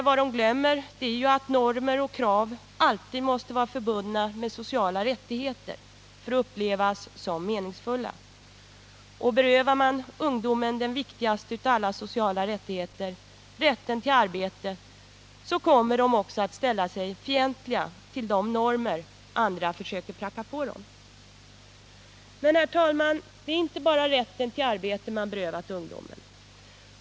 Vad de glömmer är att normer och krav alltid måste vara förbundna med sociala rättigheter för att upplevas som meningsfulla. Berövar man ungdomarna den viktigaste av alla sociala rättigheter — rätten till arbete — så kommer de också att ställa sig fientliga till de normer andra försöker pracka på dem. Men, herr talman, det är inte bara rätten till arbete som man berövat ungdomen.